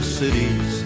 cities